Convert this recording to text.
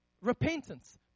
Repentance